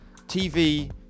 TV